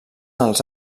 els